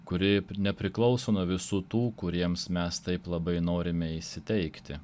kuri nepriklauso nuo visų tų kuriems mes taip labai norime įsiteikti